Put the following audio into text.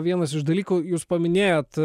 vienas iš dalykų jūs paminėjot